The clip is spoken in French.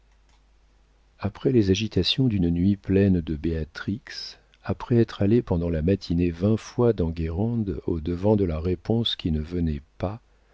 après les agitations d'une nuit pleine de béatrix après être allé pendant la matinée vingt fois dans guérande au-devant de la réponse qui ne venait pas